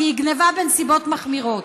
כי היא גנבה בנסיבות מחמירות.